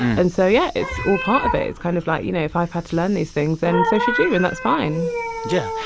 and so, yeah, it's all part of it. it's kind of like, you know, if i've had to learn these things, then so should you. and that's fine yeah.